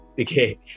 Okay